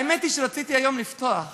האמת היא שרציתי היום לפתוח